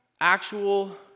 actual